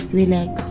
relax